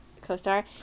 co-star